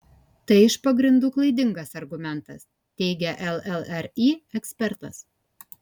tai iš pagrindų klaidingas argumentas teigia llri ekspertas